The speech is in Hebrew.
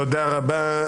תודה רבה.